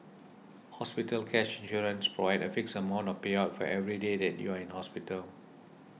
hospital cash insurance provides a fixed amount of payout for every day that you are in hospital